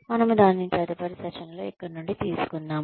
మనము దానిని తదుపరి సెషన్లో ఇక్కడి నుండి తీసుకుందాము